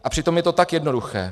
A přitom je to tak jednoduché.